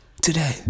today